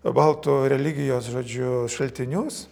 baltų religijos žodžiu šaltinius